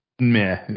meh